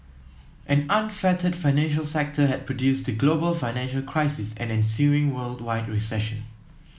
an unfettered financial sector had produced the global financial crisis and ensuing worldwide recession